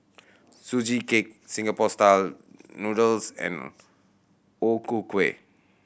Sugee Cake Singapore Style Noodles and O Ku Kueh